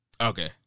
okay